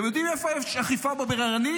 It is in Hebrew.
אתם יודעים איפה יש אכיפה בררנית?